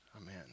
Amen